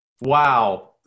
Wow